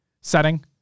setting